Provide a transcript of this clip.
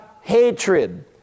hatred